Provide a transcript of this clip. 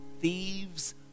thieves